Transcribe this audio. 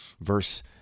verse